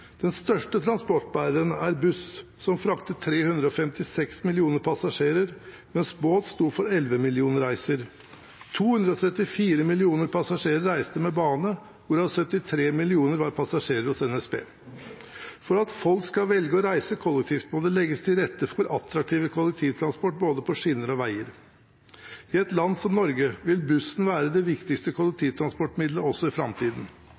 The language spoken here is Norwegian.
Den største transportbæreren er buss, som fraktet 356 millioner passasjerer, mens båt sto for 11 millioner reiser. 234 millioner passasjerer reiste med bane, hvorav 73 millioner var passasjerer hos NSB. For at folk skal velge å reise kollektivt, må det legges til rette for attraktiv kollektivtransport på både skinner og veier. I et land som Norge vil bussen være det viktigste kollektivtransportmidlet også i framtiden.